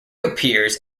appears